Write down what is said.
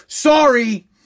Sorry